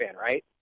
right